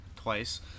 twice